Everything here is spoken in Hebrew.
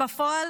בפועל,